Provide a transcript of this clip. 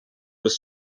was